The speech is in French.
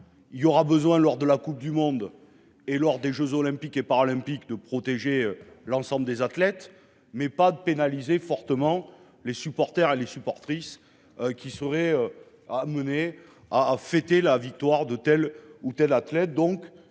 il y aura besoin lors de la Coupe du monde et lors des Jeux olympiques et paralympiques de protéger l'ensemble des athlètes mais pas de pénaliser fortement les supporters les supportrices qui seraient amenés. À à fêter la victoire de telle ou telle athlète,